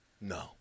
No